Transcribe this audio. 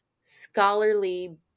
scholarly